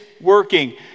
working